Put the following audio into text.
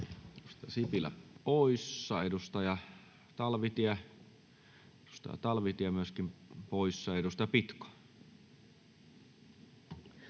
Sipilä poissa. Edustaja Talvitie, edustaja Talvitie myöskin poissa. — Edustaja Pitko.